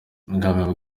ubwami